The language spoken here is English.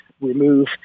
remove